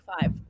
five